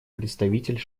представитель